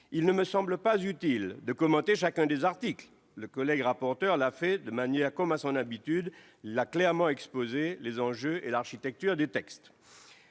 Il ne me semble pas utile de commenter chacun des articles, le rapporteur ayant, comme à son habitude, clairement exposé les enjeux et l'architecture des textes.